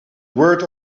word